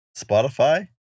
Spotify